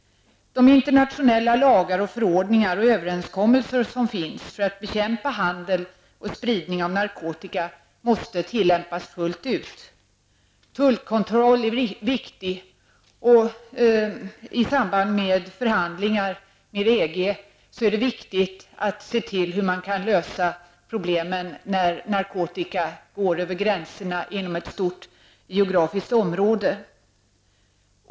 De internationella lagar, förordningar och överenskommelser som finns för att bekämpa handel och spridning av narkotika måste tillämpas fullt ut. Tullkontroll är viktig. I samband med förhandlingar med EG är det viktigt att diskutera hur man skall kunna lösa problemen när narkotika går över gränserna inom ett stort geografiskt område.